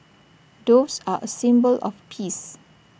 doves are A symbol of peace